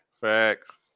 facts